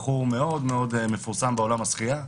בחור מאוד מאוד מפורסם בעולם השחייה,